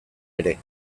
ere